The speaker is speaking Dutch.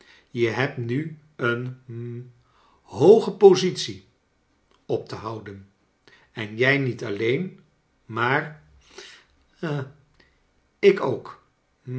je hebt nu een hm een hooge positie op te houden en jrj niet alleen maar ha ik ook